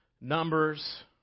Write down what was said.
Numbers